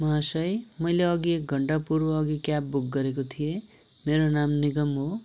महाशय मैले अघि एक घण्टा पूर्व अघि क्याब बुक गरेको थिएँ मेरो नाम निगम हो